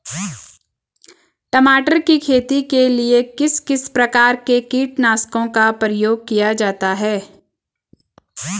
टमाटर की खेती के लिए किस किस प्रकार के कीटनाशकों का प्रयोग किया जाता है?